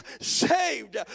saved